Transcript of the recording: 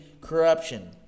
corruption